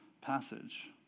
passage